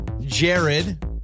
Jared